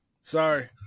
Sorry